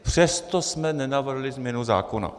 Přesto jsme nenavrhli změnu zákona.